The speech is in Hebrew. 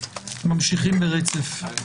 הישיבה ננעלה בשעה